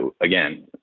again